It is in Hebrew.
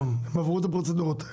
נכון, הם כבר עברו את הפרוצדורות האלה.